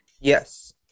Yes